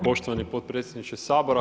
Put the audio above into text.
Poštovani potpredsjedniče Sabora.